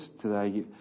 today